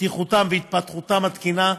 בטיחותם והתפתחותם התקינה,